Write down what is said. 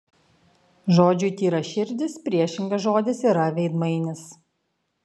žodžiui tyraširdis priešingas žodis yra veidmainis